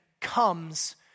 comes